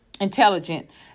intelligent